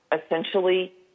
essentially